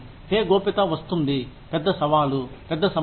pay గోప్యత వస్తుంది పెద్ద సవాలు పెద్ద సమస్య